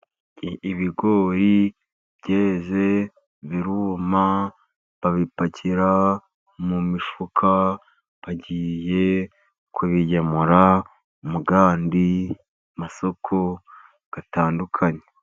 Ibigori byeze, biruma, babipakira mu mifuka, bagiye kubigemura muyandi masoko atandukanye.